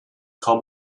kam